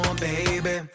baby